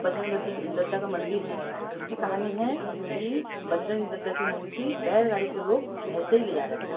बजरंग दद्दी दद्दा का मंदिर है उसकी कहानी है बजरंग दद्दा की मूर्ति बैल गाड़ी से लोग भैजते ही ले जा रहे थे